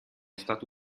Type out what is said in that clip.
stato